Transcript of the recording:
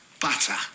butter